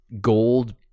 gold